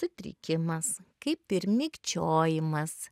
sutrikimas kaip ir mikčiojimas